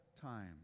time